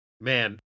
man